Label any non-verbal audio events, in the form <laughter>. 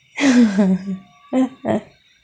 <laughs>